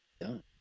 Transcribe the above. Done